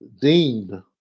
deemed